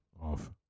off